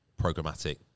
programmatic